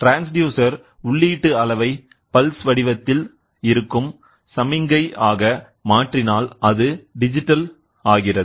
transducer உள்ளீட்டு அளவை pulse வடிவத்தில் இருக்கும் சமிஞ்சை ஆக மாற்றினால் அது டிஜிட்டல் ஆகும்